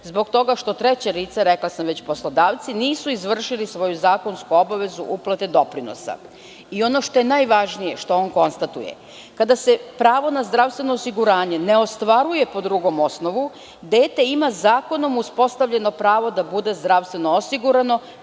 zbog toga što treće lice, a rekla sam već poslodavci, nisu izvršili svoju zakonsku obavezu uplate doprinosa. Ono što je najvažnije što on konstatuje, kada se pravo na zdravstveno osiguranje ne ostvaruje po drugom osnovu, dete ima zakonom uspostavljeno pravo da bude zdravstveno osigurano